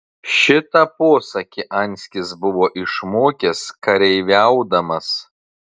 šitą posakį anskis buvo išmokęs kareiviaudamas